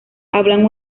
hablan